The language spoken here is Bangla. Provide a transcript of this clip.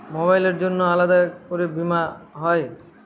মোবাইলের জন্য আলাদা করে বীমা হয়?